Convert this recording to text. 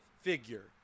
figure